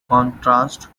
contrast